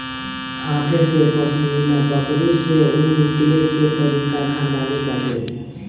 हाथे से पश्मीना बकरी से ऊन निकले के तरीका खानदानी बाटे